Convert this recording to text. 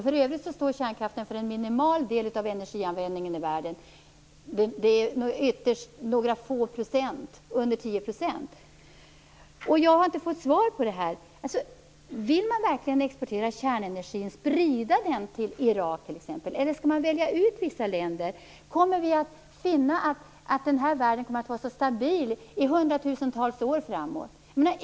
För övrigt står kärnkraften för en minimal del av energianvändningen i världen, under 10 %. Jag fick inte svar på frågan: Vill man verkligen exportera kärnenergi, sprida den till t.ex. Iran, eller skall man välja ut vissa länder? Kommer vi att finna att den här världen kommer att vara stabil i hundratusentals år framåt?